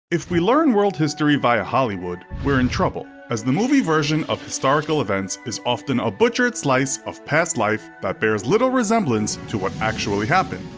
if we learn world history via hollywood, we are in trouble, as the movie version of historical events is often a butchered slice of past life that bears little resemblance to what actually happened.